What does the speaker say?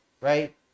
right